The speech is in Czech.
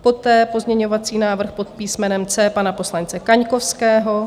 Poté pozměňovací návrh pod písmenem C pana poslance Kaňkovského.